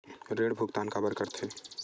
ऋण भुक्तान काबर कर थे?